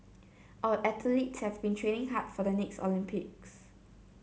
our athletes have been training hard for the next Olympics